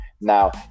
Now